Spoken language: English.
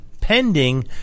pending